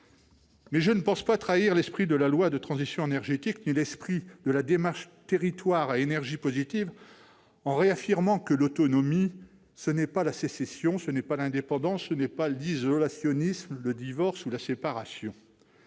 mais je ne pense pas trahir l'esprit de la loi de transition énergétique ni celui de la démarche « Territoires à énergie positive » en réaffirmant que l'autonomie n'est ni la sécession, ni l'indépendance, ni l'isolationnisme, encore moins le divorce ou la séparation.